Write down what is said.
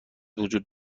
وجود